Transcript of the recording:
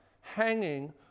hanging